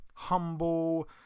Humble